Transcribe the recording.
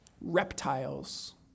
reptiles